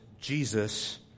Jesus